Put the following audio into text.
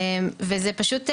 וזה פשוט מכריח,